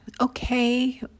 okay